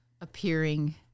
appearing